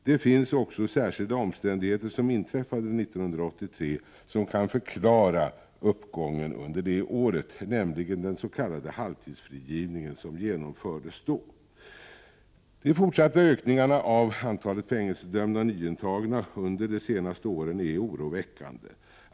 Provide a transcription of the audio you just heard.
Det finns också särskilda omständigheter som kan förklara uppgången under 1983, nämligen att den s.k. halvtidsfrigivningen genomfördes då. De fortsatta ökningarna av antalet fängelsedömda och nyintagna under de senaste åren är oroväckande.